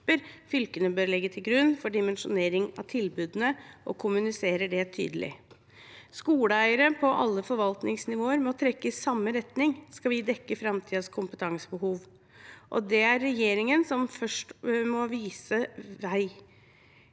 fylkene bør legge til grunn for dimensjonering av tilbudene, og kommuniserer det tydelig. Skoleeiere på alle forvaltningsnivåer må trekke i samme retning hvis vi skal dekke framtidas kompetansebehov. Og det er regjeringen som må gå først og vise vei,